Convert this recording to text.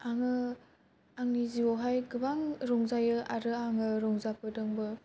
आङो आंनि जिउ आव हाय गोबां रंजायो आरो आङो रंजाबोदोंबो